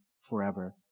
forever